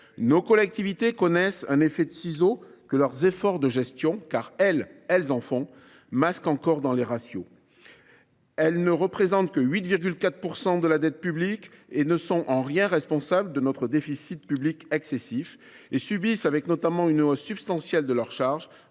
Nos collectivités connaissent un effet ciseaux, que les efforts de gestion qu’elles consentent – contrairement à d’autres… – masquent encore dans les ratios. Elles ne représentent que 8,4 % de la dette publique et ne sont en rien responsables de notre déficit public excessif. Elles subissent, avec notamment une hausse substantielle de leurs charges,